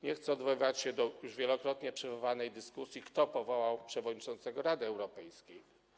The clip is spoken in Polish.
Nie chcę odwoływać się do już wielokrotnie przywoływanej dyskusji, kto powołał przewodniczącego Rady Europejskiej.